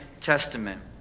Testament